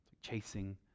Chasing